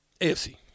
AFC